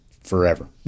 forever